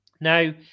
Now